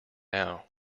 now